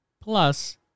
plus